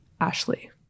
Ashley